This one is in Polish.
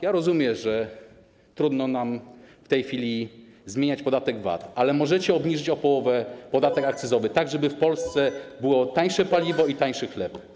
Ja rozumiem, że trudno nam w tej chwili zmieniać podatek VAT, ale możecie obniżyć o połowę podatek akcyzowy, tak żeby w Polsce było tańsze paliwo i tańszy chleb.